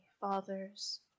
father's